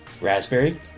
Raspberry